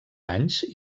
anys